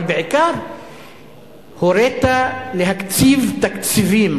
אבל בעיקר הורית להקציב תקציבים,